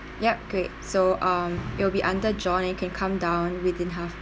yup great so um it will be under john and you can come down within half